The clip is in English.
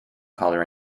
color